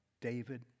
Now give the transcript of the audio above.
David